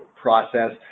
process